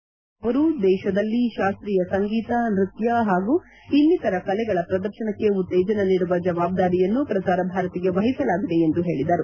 ಸೂರ್ಯಪ್ರಕಾಶ್ ಅವರು ದೇಶದಲ್ಲಿ ಶಾಸ್ತೀಯ ಸಂಗೀತ ನೃತ್ತ ಹಾಗೂ ಇನ್ನಿತರ ಕಲೆಗಳ ಪ್ರದರ್ತನಕ್ಕೆ ಉತ್ತೇಜನ ನೀಡುವ ಜವಾಬ್ದಾರಿಯನ್ನು ಪ್ರಸಾರ ಭಾರತಿಗೆ ವಹಿಸಲಾಗಿದೆ ಎಂದು ಹೇಳಿದರು